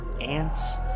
ants